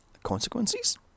Consequences